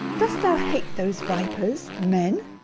dost thou hate those vipers, men?